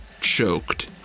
choked